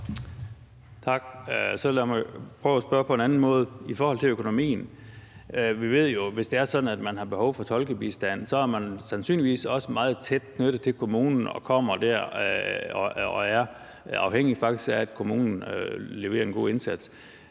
Tak. Så lad mig prøve at spørge på en anden måde i forhold til økonomien. Vi ved jo, at hvis det er sådan, at man har behov for tolkebistand, så er man sandsynligvis også meget tæt knyttet til kommunen og er faktisk afhængig af, at kommunen leverer en god indsats.